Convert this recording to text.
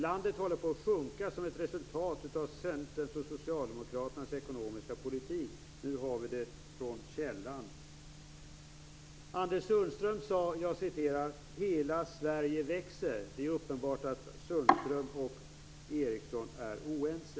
Landet håller på att sjunka som ett resultat av Centerns och Socialdemokraternas ekonomiska politik. Nu har vi hört det från källan. Anders Sundström sade att hela Sverige växer. Det är uppenbart att Sundström och Eriksson är oense.